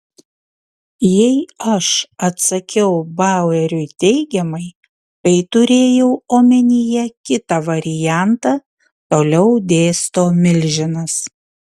jei aš atsakiau baueriui teigiamai tai turėjau omenyje kitą variantą toliau dėsto milžinas